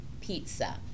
pizza